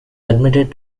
admitted